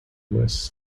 west